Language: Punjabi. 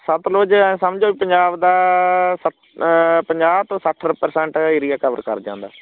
ਸਤਲੁਜ ਐਂ ਸਮਝੋ ਪੰਜਾਬ ਦਾ ਸੱ ਪੰਜਾਹ ਤੋਂ ਸੱਠ ਪ੍ਰਸੈਂਟ ਏਰੀਆ ਕਵਰ ਕਰ ਜਾਂਦਾ